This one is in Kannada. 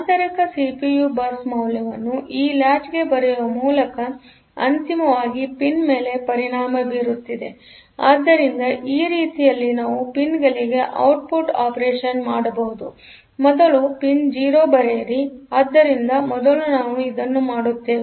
ಆಂತರಿಕ ಸಿಪಿಯು ಬಸ್ ಮೌಲ್ಯವನ್ನು ಈ ಲಾಚ್ಗೆ ಬರೆಯುವ ಮೂಲಕ ಅಂತಿಮವಾಗಿ ಪಿನ್ ಮೇಲೆ ಪರಿಣಾಮ ಬೀರುತ್ತಿದೆಆದ್ದರಿಂದ ಆ ರೀತಿಯಲ್ಲಿ ನಾವು ಪಿನ್ಗಳಿಗೆ ಔಟ್ಪುಟ್ ಆಪೆರೇಶನ್ ಮಾಡಬಹುದು ಮೊದಲು ಪಿನ್ಗೆ 0 ಬರೆಯಿರಿ ಆದ್ದರಿಂದ ಮೊದಲು ನಾವು ಇದನ್ನು ಮಾಡುತ್ತೇವೆ